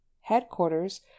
Headquarters